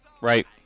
Right